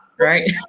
right